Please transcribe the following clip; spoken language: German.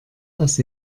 ass